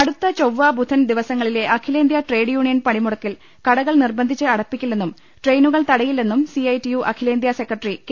അടുത്ത ചൊവ്വ ബുധൻ ദിവസങ്ങളിലെ അഖിലേന്ത്യാ ട്രേഡ് യൂണിയൻ പണിമുടക്കിൽ കടകൾ നിർബ ന്ധിച്ച് അട പ്പിക്കില്ലെന്നും ട്രെയിനുകൾ തടയില്ലെന്നും സിഐടിയു അഖി ലേന്ത്യാ സെക്രട്ടറി കെ